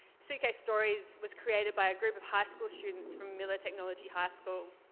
suitcase stories was created by a group of high school students from miller technology high school.